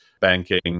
banking